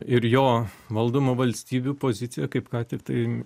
ir jo valdomų valstybių pozicija kaip ką tiktai